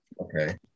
okay